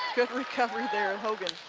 good recovery there, hogan.